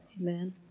amen